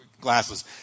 glasses